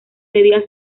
debía